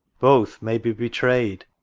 both may be betrayed.